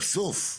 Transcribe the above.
בסוף,